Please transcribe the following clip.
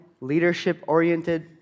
leadership-oriented